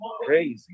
crazy